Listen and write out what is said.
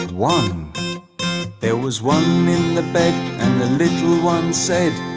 and one there was one in the bed and the little one said